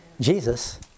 Jesus